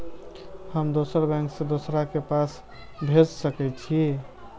हम दोसर बैंक से दोसरा के पाय भेज सके छी?